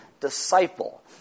disciple